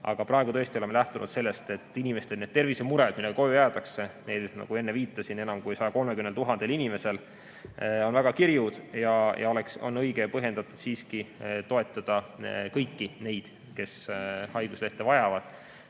Aga praegu tõesti oleme lähtunud sellest, et inimestel need tervisemured, millega koju jäädakse – nagu enne viitasin, enam kui 130 000 inimesel –, on väga kirjud ja on õige ja põhjendatud siiski toetada kõiki neid, kes haiguslehte vajavad,